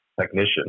technician